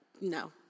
No